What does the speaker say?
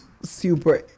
super